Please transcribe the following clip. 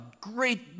great